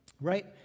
right